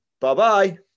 Bye-bye